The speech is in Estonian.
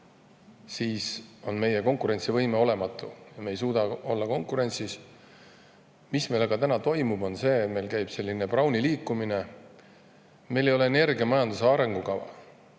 siis on meie konkurentsivõime olematu, me ei suuda olla konkurentsis. Täna toimub meil see, et käib selline Browni liikumine. Meil ei ole energiamajanduse arengukava,